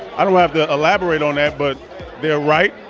i don't have to elaborate on that. but they're right.